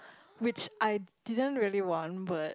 which I didn't really want but